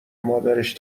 مادرش